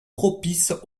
propice